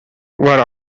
where